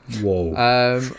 Whoa